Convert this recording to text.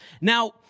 Now